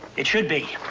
it should be.